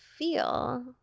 feel